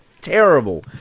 terrible